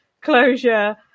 closure